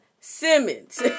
Simmons